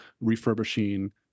refurbishing